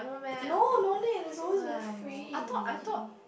no no need there's always very free